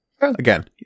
Again